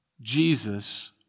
Jesus